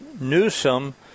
newsom